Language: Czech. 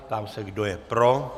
Ptám se, kdo je pro.